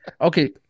Okay